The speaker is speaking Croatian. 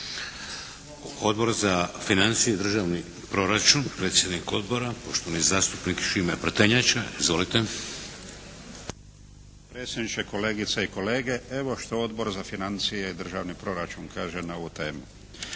Odbor za financije i državni proračun predsjednik odbora poštovani zastupnik Šime Prtenjača. Izvolite. **Prtenjača, Šime (HDZ)** Gospodine predsjedniče, kolegice i kolege. Evo što Odbor za financije i državni proračun kaže na ovu temu.